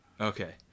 Okay